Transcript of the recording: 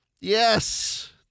Yes